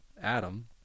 Adam